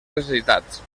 necessitats